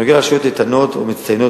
3. בנוגע לרשויות איתנות ומצטיינות,